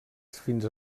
fins